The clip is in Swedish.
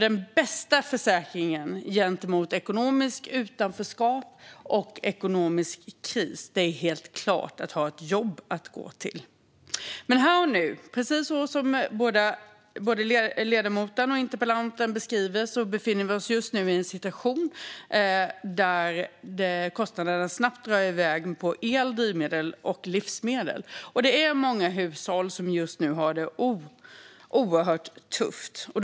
Den bästa försäkringen mot ekonomiskt utanförskap och ekonomisk kris är nämligen helt klart att ha ett jobb att gå till. Men här och nu befinner vi oss, precis som både ledamoten Högström och interpellanten beskriver, i en situation där kostnaderna för el, drivmedel och livsmedel snabbt drar iväg. Det är många hushåll som har det oerhört tufft just nu.